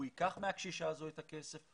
הוא ייקח מהקשישה הזאת את הכסף,